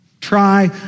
Try